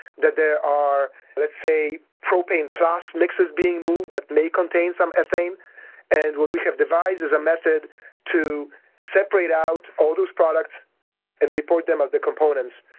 that there are let's say propane class mixes being moved that may contain some ethane and what we have devised a method to separate out all those products and report them of the components,